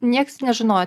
nieks nežinojo